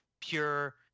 pure